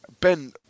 Ben